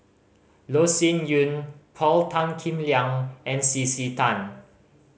Loh Sin Yun Paul Tan Kim Liang and C C Tan